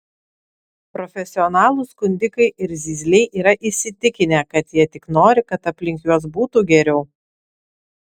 profesionalūs skundikai ir zyzliai yra įsitikinę kad jie tik nori kad aplink juos būtų geriau